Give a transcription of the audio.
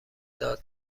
داد